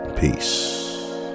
peace